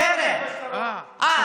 אה,